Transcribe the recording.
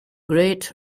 great